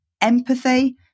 empathy